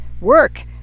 work